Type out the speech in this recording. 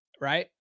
right